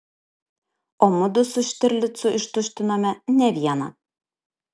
o mudu su štirlicu ištuštinome ne vieną